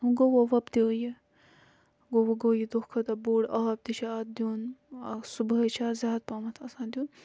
گوٚو وۄنۍ وۄبدیو یہِ گوٚو وۄنۍ گوٚو یہِ دۄہ کھو دۄہ بوٚڈ آب تہِ چھُ اتھ دیُن صُبحٲے چھُ اتھ زیادٕ پَہمَت آسان دیُن